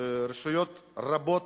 רשויות רבות